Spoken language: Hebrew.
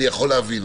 אני יכול להבין.